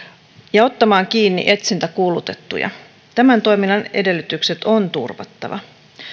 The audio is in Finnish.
ja ottamaan kiinni etsintäkuulutettuja tämän toiminnan edellytykset on turvattava